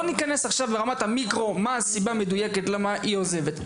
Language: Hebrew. לא ניכנס עכשיו לרמת המיקרו מה הסיבה המדויקת למה המטפלת עוזבת.